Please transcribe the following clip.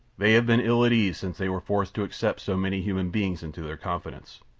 they have been ill at ease since they were forced to accept so many human beings into their confidence.